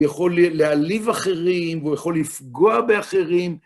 יכול להעליב אחרים, הוא יכול לפגוע באחרים.